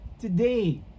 today